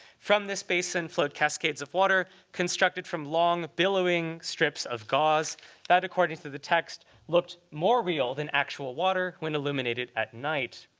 from this basin, flowed cascades of water, constructed from long, billowing strips of gauze that, according to the text, looked more real than actual water when illuminated at night.